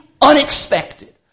unexpected